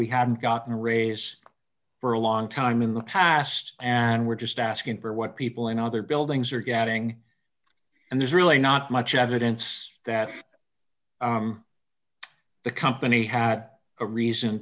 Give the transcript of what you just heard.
we haven't gotten a raise for a long time in the past and we're just asking for what people in other buildings are getting and there's really not much evidence that the company had a reason